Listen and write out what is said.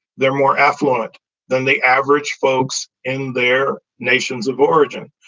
they're more affluent than they average folks in their nations of origin.